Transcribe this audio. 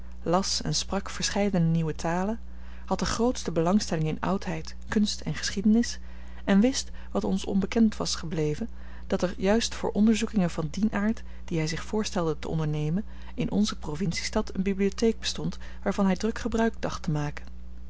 las en sprak verscheidene nieuwe talen had de grootste belangstelling in oudheid kunst en geschiedenis en wist wat ons onbekend was gebleken dat er juist voor onderzoekingen van dien aard die hij zich voorstelde te ondernemen in onze provinciestad eene bibliotheek bestond waarvan hij druk gebruik dacht te maken